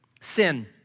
sin